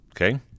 Okay